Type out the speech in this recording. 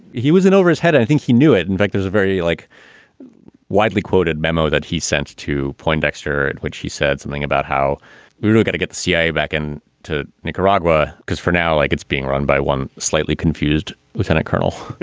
he was in over his head. i think he knew it. in fact, there's a very like widely quoted memo that he sent to poindexter, which he said something about how we really going to get the cia back in and to nicaragua, because for now, like it's being run by one slightly confused lieutenant colonel,